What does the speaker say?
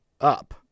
up